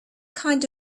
kind